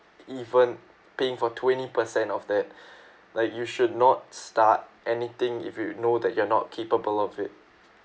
even paying for twenty percent of that like you should not start anything if you know that you are not capable of it